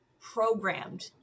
programmed